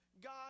God